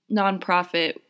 nonprofit